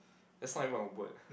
that's not even a word